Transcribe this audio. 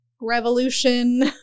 revolution